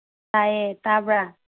ꯇꯥꯏꯌꯦ ꯇꯥꯕ꯭ꯔꯥ